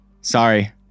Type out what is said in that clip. Sorry